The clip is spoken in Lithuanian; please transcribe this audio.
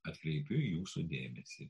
atkreipiu jūsų dėmesį